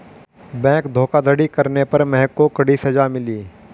bank धोखाधड़ी करने पर महक को कड़ी सजा मिली